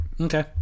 Okay